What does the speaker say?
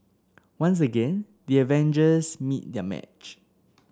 once again the avengers meet their match